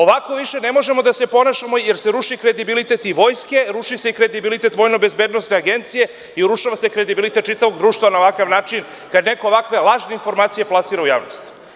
Ovako više ne možemo da se ponašamo, jer se ruši kredibilitet vojske, ruši se kredibilitet VBA i urušava se kredibilitet čitavog društva na ovakav način kada neko ovakve lažne informacije plasira u javnost.